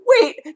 Wait